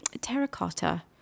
Terracotta